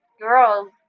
girls